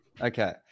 Okay